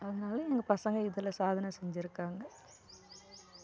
அதனால் எங்கள் பசங்கள் இதில் சாதனை செஞ்சுருக்குறாங்க